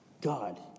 God